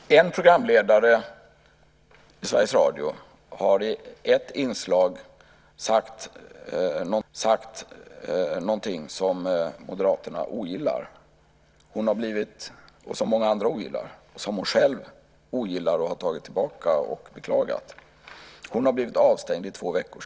Fru talman! En programledare vid Sveriges Radio har i ett inslag sagt något som Moderaterna ogillar, som många andra ogillar och som hon själv ogillar och har tagit tillbaka och beklagat. Hon har blivit avstängd i två veckor.